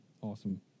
Awesome